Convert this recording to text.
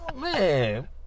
Man